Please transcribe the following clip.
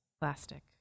plastic